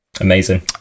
Amazing